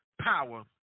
power